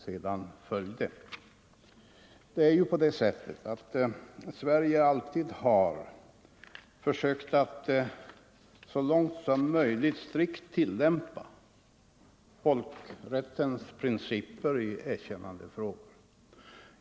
Sverige har alltid försökt att så långt som möjligt strikt tillämpa folkrättens principer i erkännandefrågor.